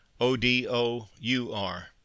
O-D-O-U-R